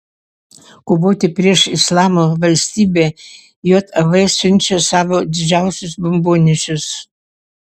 kovoti prieš islamo valstybę jav siunčia savo didžiausius bombonešius